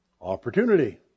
Opportunity